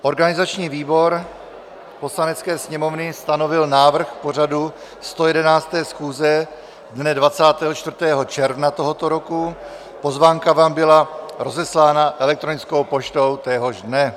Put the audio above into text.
Organizační výbor Poslanecké sněmovny stanovil návrh pořadu 111. schůze dne 24. června tohoto roku, pozvánka vám byla rozeslána elektronickou poštou téhož dne.